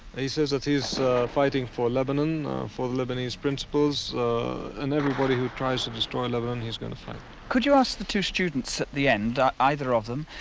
he says that he's fighting for lebanon for the lebanese principals and everybody who tries destroy. i love him he's gonna fight could you ask the two students at the end either of them?